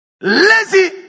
Lazy